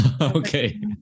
okay